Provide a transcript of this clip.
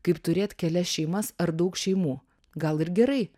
kaip turėt kelias šeimas ar daug šeimų gal ir gerai